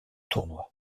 tournoi